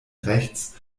rechts